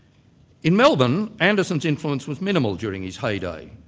in melbourne, anderson's influence was minimal during his heyday,